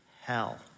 hell